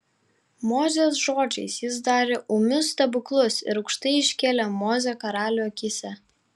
mozės žodžiais jis darė ūmius stebuklus ir aukštai iškėlė mozę karalių akyse